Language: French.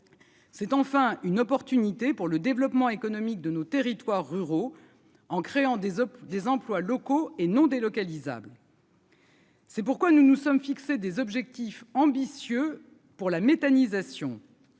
c'est enfin une opportunité pour le développement économique de nos territoires ruraux en créant des autres, des employes locaux et non délocalisables. C'est pourquoi nous nous sommes fixé des objectifs ambitieux pour la méthanisation,